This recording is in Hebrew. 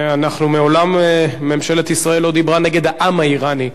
מעולם ממשלת ישראל לא דיברה נגד העם האירני.